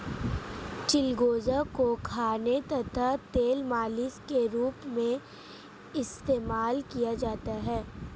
चिलगोजा को खाने तथा तेल मालिश के रूप में इस्तेमाल किया जाता है